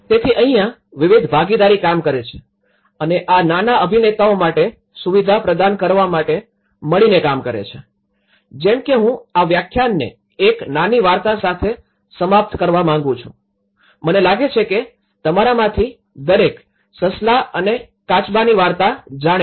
તેથી અહીંયા વિવિધ ભાગીદારી કામ કરે છે અને આ નાના અભિનેતાઓ માટે સુવિધા પ્રદાન કરવા માટે મળીને કામ કરે છે જેમ કે હું આ વ્યાખ્યાનને એક નાની વાર્તા સાથે સમાપ્ત કરવા માંગુ છું મને લાગે છે કે તમારામાંથી દરેક સસલા અને કાચબોની વાર્તા જાણે છે